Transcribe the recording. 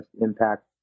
impact